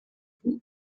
بود